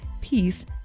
peace